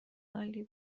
عالی